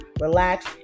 relax